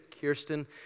Kirsten